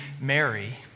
Mary